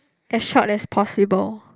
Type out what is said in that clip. as short as possible